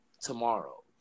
tomorrow